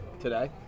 today